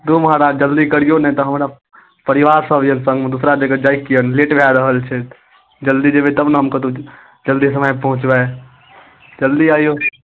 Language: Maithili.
धू महाराज जल्दी करियौ नहि तऽ हमरा परिवारसभ यए सङ्गमे दोसरा जगह जाय कऽ यए लेट भए रहल छै जल्दी जेबै तब ने हम कतहु जल्दी समयपर पहुँचबै जल्दी आइयौ